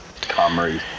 Comrie